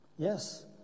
Yes